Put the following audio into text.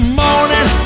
morning